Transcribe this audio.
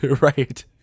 Right